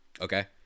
Okay